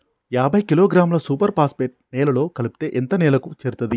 యాభై కిలోగ్రాముల super phosphate నేలలో కలిపితే ఎంత నేలకు చేరుతది?